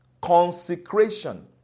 Consecration